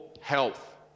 health